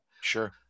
Sure